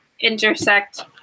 intersect